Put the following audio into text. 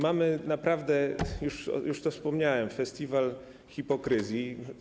Mamy naprawdę - już o tym wspomniałem - festiwal hipokryzji.